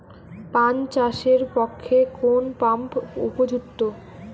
পান চাষের পক্ষে কোন পাম্প উপযুক্ত?